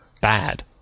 Bad